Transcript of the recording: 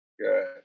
good